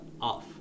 off